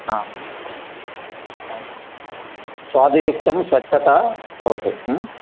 आम् आं स्वादिष्टं स्वच्छता भवतु